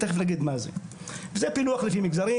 זה פילוח לפי מגזרים.